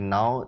Now